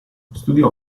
studiò